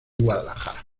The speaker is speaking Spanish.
guadalajara